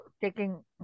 taking